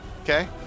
Okay